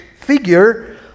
figure